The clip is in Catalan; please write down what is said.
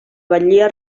batllia